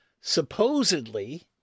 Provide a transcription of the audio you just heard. supposedly